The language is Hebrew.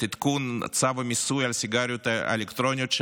עדכון צו המיסוי של סיגריות אלקטרוניות,